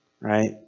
right